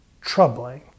troubling